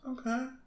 Okay